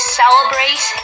celebrate